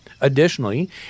Additionally